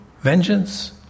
vengeance